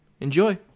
Enjoy